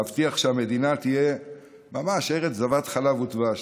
להבטיח שהמדינה תהיה ממש ארץ זבת חלב ודבש,